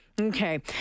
Okay